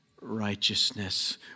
righteousness